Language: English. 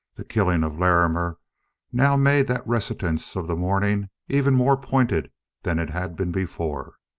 the killing of larrimer now made that reticence of the morning even more pointed than it had been before.